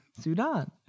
Sudan